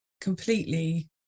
completely